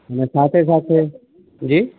અને સાથે સાથે જી